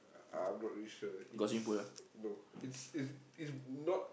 uh I'm not really sure it's no it's it's it's not